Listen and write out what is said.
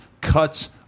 cuts